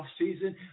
offseason